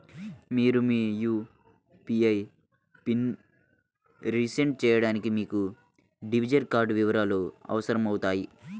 మీరు మీ యూ.పీ.ఐ పిన్ని రీసెట్ చేయడానికి మీకు డెబిట్ కార్డ్ వివరాలు అవసరమవుతాయి